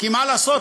כי מה לעשות,